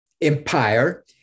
Empire